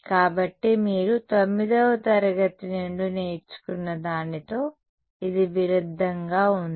కాబట్టి మీరు 9వ తరగతి నుండి నేర్చుకున్న దానితో ఇది విరుద్ధంగా ఉందా